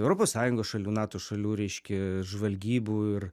europos sąjungos šalių nato šalių reiškia žvalgybų ir